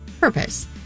purpose